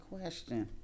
question